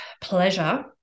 pleasure